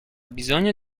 bisogno